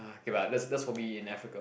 ah okay lah that's that's probably in Africa